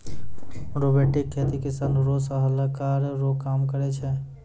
robotic खेती किसान रो सलाहकार रो काम करै छै